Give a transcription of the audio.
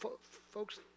folks